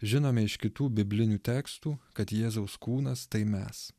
žinome iš kitų biblinių tekstų kad jėzaus kūnas tai mes